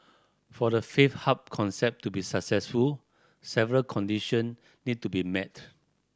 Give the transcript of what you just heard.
for the faith hub concept to be successful several condition need to be met